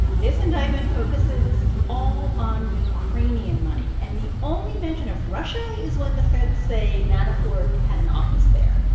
this indictment focuses all on ukrainian money. and the only mention of russia is when the feds say manafort had an office there.